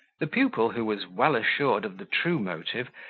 the pupil, who was well assured of the true motive,